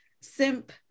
simp